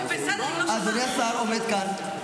אדוני השר עומד כאן.